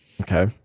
Okay